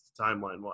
timeline-wise